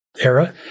era